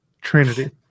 Trinity